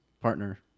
partner